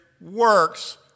works